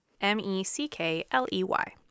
M-E-C-K-L-E-Y